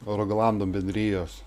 roglando bendrijos